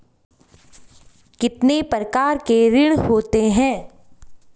कितने प्रकार के ऋण होते हैं?